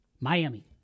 Miami